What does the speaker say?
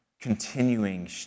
continuing